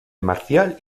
marcial